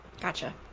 Gotcha